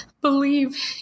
believe